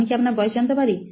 আমি কি আপনার বয়স জানতে পারি